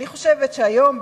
אני חושבת שהיום,